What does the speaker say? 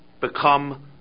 become